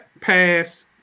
pass